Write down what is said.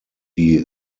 die